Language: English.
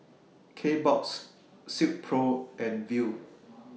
Kbox Silkpro and Viu